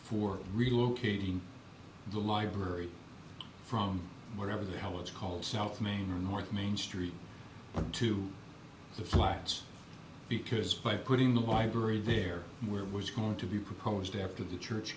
for relocating the library from wherever the hell it's called south main or north main street onto the flats because by putting the library there where it was going to be proposed after the church